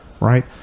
Right